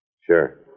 Sure